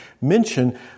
mention